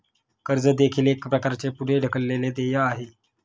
कर्ज देखील एक प्रकारचे पुढे ढकललेले देय आहे